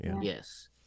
Yes